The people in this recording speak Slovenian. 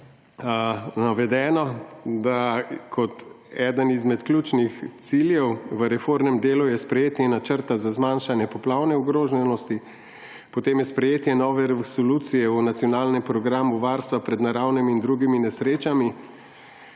navedeno, kot eden izmed ključnih ciljev v reformnem delu je sprejetje Načrta za zmanjšanje poplavne ogroženosti, sprejetje nove resolucije o Nacionalnem programu varstva pred naravnimi in drugimi nesrečami,